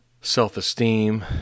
self-esteem